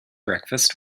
breakfast